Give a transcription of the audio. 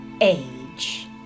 age